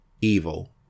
evil